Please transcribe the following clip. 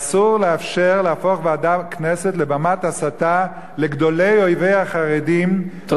ואסור לאפשר להפוך ועדת כנסת לבמת הסתה לגדולי אויבי החרדים,